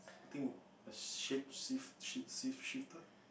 think a shape shift shifter